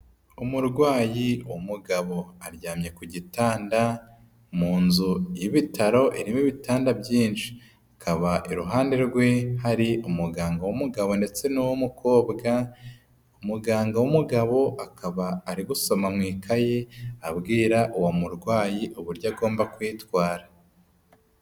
Umurwayi w'umugabo aryamye ku gitanda, mu nzu y'ibitaro irimo ibitanda byinshi. Ikaba iruhande rwe hari umuganga w'umugabo ndetse n'uwumukobwa, muganga w'umugabo akaba ari gusoma mu ikaye abwira uwo murwayi uburyo agomba kwitwara.